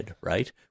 right